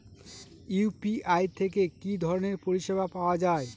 UPI থেকে কি ধরণের পরিষেবা পাওয়া য়ায়?